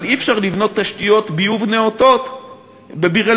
אבל אי-אפשר לבנות תשתיות ביוב נאותות בביר-אלמכסור,